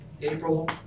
April